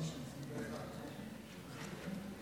התשפ"ג 2023, נתקבל.